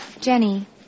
Jenny